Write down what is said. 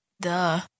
Duh